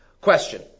Question